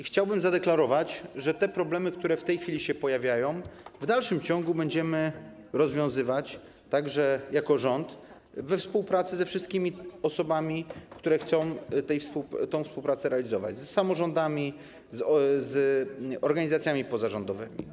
Chciałbym zadeklarować, że problemy, które w tej chwili się pojawiają, w dalszym ciągu będziemy rozwiązywać jako rząd we współpracy ze wszystkimi osobami, które chcą tę współpracę podejmować, z samorządami, z organizacjami pozarządowymi.